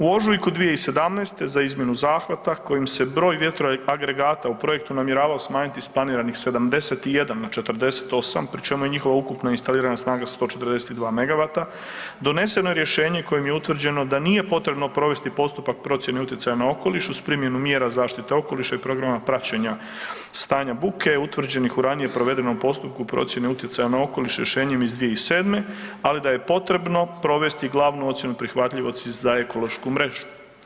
U ožujku 2017. za izmjenu zahvata kojim se broj vjetro agregata namjeravao smanjiti s planiranih 71 na 48 pri čemu je njihova ukupno instalirana snaga 142 megavata doneseno je rješenje kojim je utvrđeno da nije potrebno provesti postupak procjene utjecaja na okoliš uz primjenu mjera zaštite okoliša i programa praćenja stanja buke utvrđenih u ranije provedenom postupku procjene utjecaja na okoliš rješenjem iz 2007., ali da je potrebno provesti glavnu ocjenu prihvatljivosti za ekološku mrežu.